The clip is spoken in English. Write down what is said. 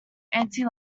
anti